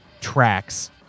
tracks